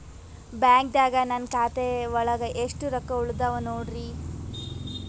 ಬ್ಯಾಂಕ್ದಾಗ ನನ್ ಖಾತೆ ಒಳಗೆ ಎಷ್ಟ್ ರೊಕ್ಕ ಉಳದಾವ ನೋಡ್ರಿ?